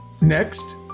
Next